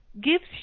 gives